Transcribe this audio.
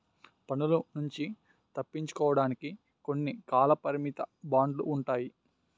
పన్నుల నుంచి తప్పించుకోవడానికి కొన్ని కాలపరిమిత బాండ్లు ఉంటాయి